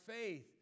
faith